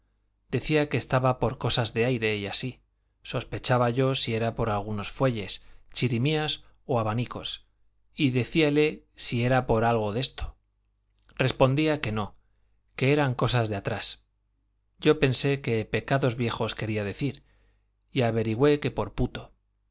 decía que estaba por cosas de aire y así sospechaba yo si era por algunos fuelles chirimías o abanicos y decíale si era por algo de esto respondía que no que eran cosas de atrás yo pensé que pecados viejos quería decir y averigüé que por puto